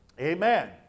amen